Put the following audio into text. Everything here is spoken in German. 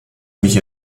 mich